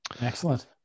excellent